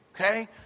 Okay